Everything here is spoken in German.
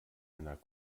einer